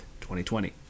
2020